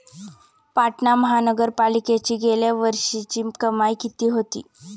पाटणा महानगरपालिकेची गेल्या वर्षीची कमाई किती होती?